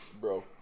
Bro